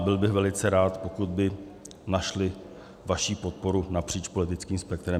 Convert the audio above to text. Byl bych velice rád, kdyby našly vaši podporu napříč politickým spektrem.